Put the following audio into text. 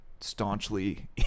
staunchly